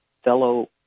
fellow